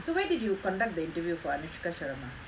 so where did you conduct the interview for anushka sharma